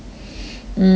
mm